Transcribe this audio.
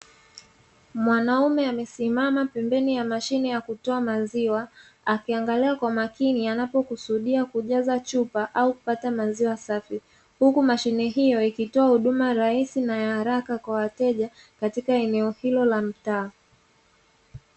Mwanaume amesimama pembeni ya mashine ya kutoa maziwa akiangalia kwa makini anapokusudia kujaza chupa au kupata maziwa safi, huku mashine hiyo ikitoa huduma rahisi na ya haraka kwa wateja katika eneo hilo la mtaa.